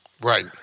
Right